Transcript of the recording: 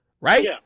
Right